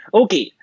okay